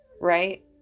right